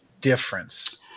difference